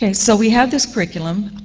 and so we have this curriculum.